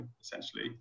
essentially